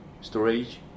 storage